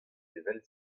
evel